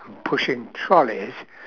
and pushing trolleys